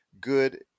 good